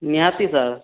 ନିହାତି ସାର୍